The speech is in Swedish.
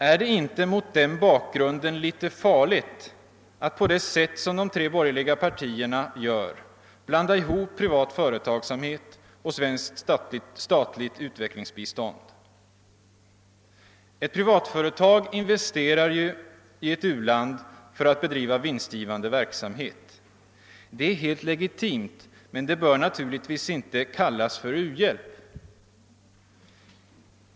Är det inte mot den bakgrunden litet farligt att på det sätt som de tre borgerliga partierna gör blanda ihop privat företagsamhet och svenskt statligt utvecklingsbistånd? Ett privat företag investerar ju i ett u-land för att bedriva vinstgivande verksamhet. Det är helt legitimt, men det bör naturligtvis inte kallas för u-hjälp.